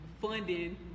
funding